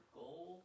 goal